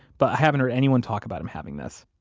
but i haven't heard anyone talk about him having this